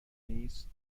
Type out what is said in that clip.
نیست